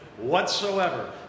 whatsoever